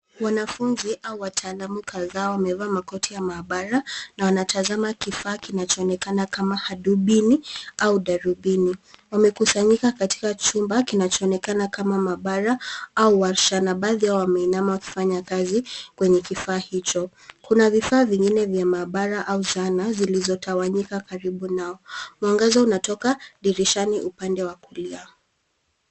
Wanafunzi au wataalamu kadhaa wamevaa makoti ya maabara na wanatazama kifaa kinachoonekana kama hadubini au darubini. Wamekusanyika katika chumba kinachoonekana kama maabara au warsha, na baadhi yao wamesimama wakifanya kazi kwenye kifaa hicho. Kuna vifaa vingine vya maabara au zana zilizotawanyika karibu nao. Mwangaza unatoka dirishani upande wa kulia.